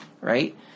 right